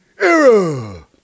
Era